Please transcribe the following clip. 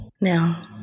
Now